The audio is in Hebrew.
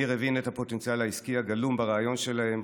ניר הבין את הפוטנציאל העסקי הגלום ברעיון שלהם,